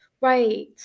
right